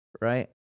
Right